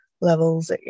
levels